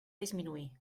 disminuir